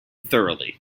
thoroughly